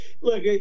Look